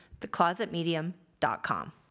theclosetmedium.com